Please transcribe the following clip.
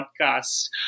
podcast